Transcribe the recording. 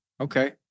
Okay